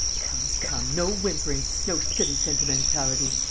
come, come, no whimpering, no silly sentimentality.